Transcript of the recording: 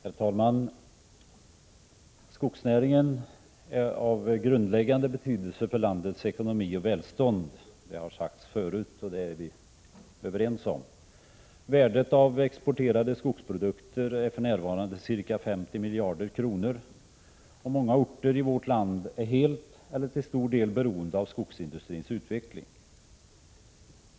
Herr talman! Skogsnäringen är av grundläggande betydelse för landets ekonomi och välstånd. Det har sagts förut, och det är vi överens om. Värdet 37 av exporterade skogsprodukter är ca 50 miljarder kronor. Många orter i vårt land är helt eller till stor del beroende av skogsindustrins utveckling.